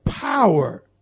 power